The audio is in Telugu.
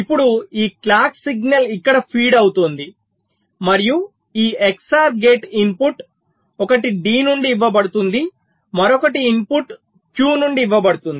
ఇప్పుడు ఈ క్లాక్ సిగ్నల్ ఇక్కడ ఫీడ్ అవుతోంది మరియు ఈ XOR గేట్ ఇన్పుట్ ఒకటి D నుండి ఇవ్వబడుతుంది మరొక ఇన్పుట్ Q నుండి ఇవ్వబడుతుంది